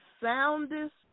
soundest